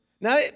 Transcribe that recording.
Now